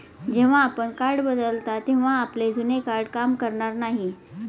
जेव्हा आपण कार्ड बदलता तेव्हा आपले जुने कार्ड काम करणार नाही